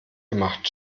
gemacht